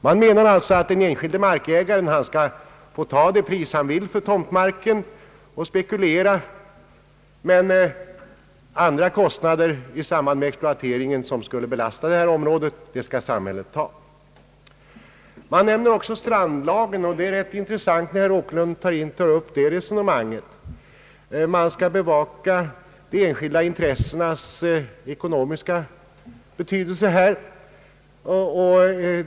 Man menar alltså att den enskilde markägaren skall få ta det pris han vill för tomtmarken och spekulera, under det att andra kostnader i samband med exploateringen av dessa områden skall betalas av samhället. Det talas också här om strandlagen, och det är rätt intressant när herr Åkerlund tar upp detta resonemang. Det sägs att man skall bevaka de enskilda intressenas ekonomiska betydelse.